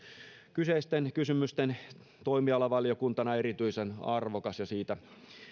kyseisten kysymysten toimialavaliokuntana erityisen arvokas ja siitä